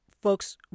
folks